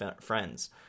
friends